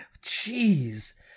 Jeez